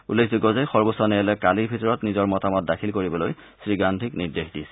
উল্লেখযোগ্য যে সৰ্বোচ্চ ন্যায়ালয়ে কালিৰ ভিতৰত নিজৰ মতামত দাখিল কৰিবলৈ শ্ৰীগান্ধীক নিৰ্দেশ দিছিল